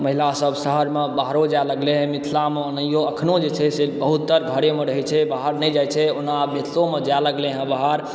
महिला सब शहरमे बाहरो जाए लगलै हँ मिथिलामे ओनाहियो अखनो जे छै से बहुत तर घरेमे रहै छै बाहर नहि जाइ छै ओना आब मिथिलोमे जाए लगलै हँ बाहर